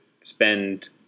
spend